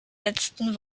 letzten